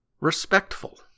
respectful